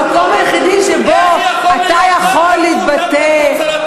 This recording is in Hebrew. המקום היחידי שבו אתה יכול להתבטא,